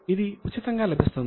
ఇది ఉచితంగా లభిస్తుంది